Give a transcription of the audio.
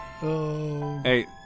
Hey